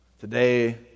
Today